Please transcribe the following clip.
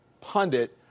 pundit